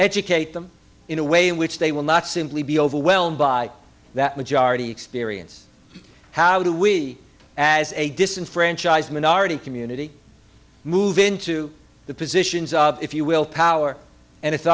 educate them in a way in which they will not simply be overwhelmed by that majority experience how do we as a disenfranchised minority community move into the positions of if you will power and